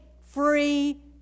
free